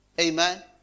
Amen